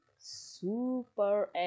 super